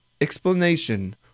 explanation